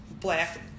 black